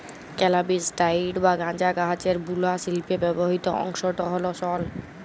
ক্যালাবিস sativa বা গাঁজা গাহাচের বুলা শিল্পে ব্যাবহিত অংশট হ্যল সল